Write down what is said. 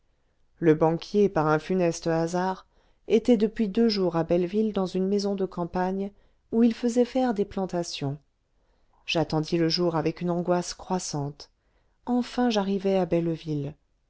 le banquier par un funeste hasard était depuis deux jours à belleville dans une maison de campagne où il faisait faire des plantations j'attendis le jour avec une angoisse croissante enfin j'arrivai à belleville